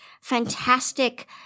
fantastic